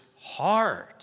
hard